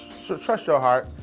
so trust your heart.